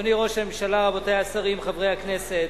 אדוני ראש הממשלה, רבותי השרים, חברי הכנסת,